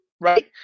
right